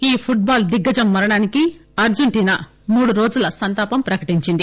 ఈ ఫుట్బాల్ దిగ్గజం మరణానికి అర్జెంటీన మూడురోజుల సంతాపం ప్రకటించింది